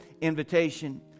invitation